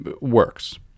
works